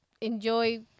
enjoy